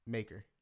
Maker